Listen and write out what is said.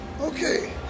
Okay